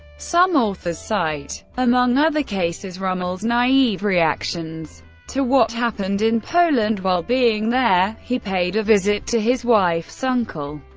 some authors cite, among other cases, rommel's naive reactions to what happened in poland while being there he paid a visit to his wife's uncle,